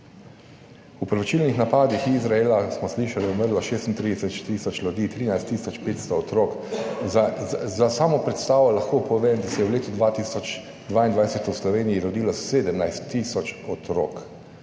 V povračilnih napadih Izraela, smo slišali, je umrlo 36 tisoč ljudi, 13 tisoč 500 otrok. Za samo predstavo lahko povem, da se je v letu 2022 v Sloveniji rodilo 17 tisoč otrok,